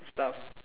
stuff